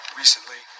recently